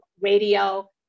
radio